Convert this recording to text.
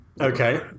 Okay